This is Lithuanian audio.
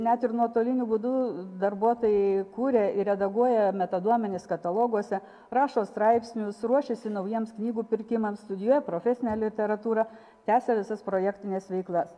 net ir nuotoliniu būdu darbuotojai kūrė ir redaguoja metaduomenis kataloguose rašo straipsnius ruošiasi naujiems knygų pirkimams studijuoja profesinę literatūrą tęsia visas projektines veiklas